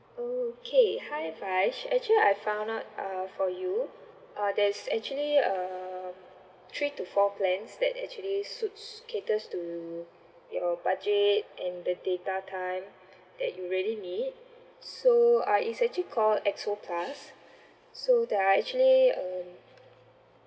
okay hi vaij actually I found out uh for you uh there's actually um three to four plans that actually suits caters to you your budget and the data kind that you really need so uh it's actually called X_O plus so there are actually um